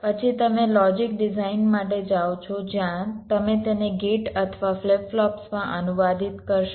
પછી તમે logic design માટે જાઓ છો જ્યાં તમે તેને ગેટ અથવા ફ્લિપ ફ્લોપ્સમાં અનુવાદિત કરશો